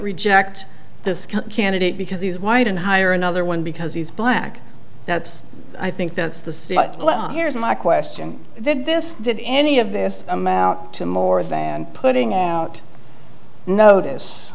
this candidate because he's white and hire another one because he's black that's i think that's the same but here's my question did this did any of this amount to more than putting out notice